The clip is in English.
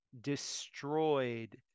destroyed